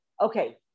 okay